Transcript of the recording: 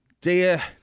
Dear